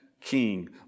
king